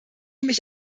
mich